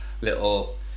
little